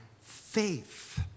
faith